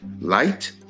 Light